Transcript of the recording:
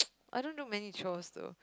I don't know many chores though